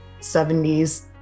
70s